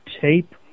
tape